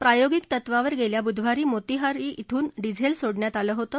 प्रायोगिक तत्वावर गेल्या बुधवारी मोतीहारी इथून डिझेल सोडण्यात आलं होतं